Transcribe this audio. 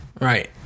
right